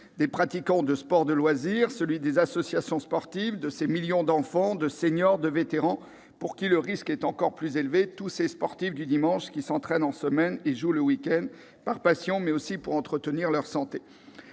des pratiquants de sports de loisir, celui des associations sportives, de ces millions d'enfants, de seniors, de vétérans, pour qui le risque est encore plus élevé, tous ces « sportifs du dimanche » qui s'entraînent en semaine et jouent le week-end, par passion, mais aussi pour entretenir leur santé.